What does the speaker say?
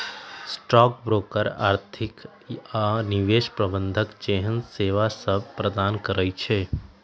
stock broker आर्थिक आऽ निवेश प्रबंधन जेहन सेवासभ प्रदान करई छै